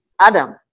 Adam